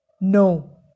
No